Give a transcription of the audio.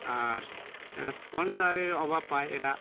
আর স্পনসরের অভাব পায় এরা